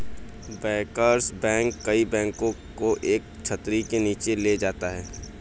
bankers bank कई बैंकों को एक छतरी के नीचे ले जाता है